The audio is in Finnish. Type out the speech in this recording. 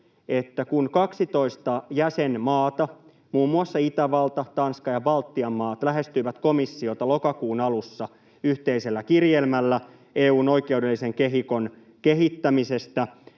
että kun 12 jäsenmaata, muun muassa Itävalta, Tanska ja Baltian maat, lähestyivät komissiota lokakuun alussa yhteisellä kirjelmällä EU:n oikeudellisen kehikon kehittämisestä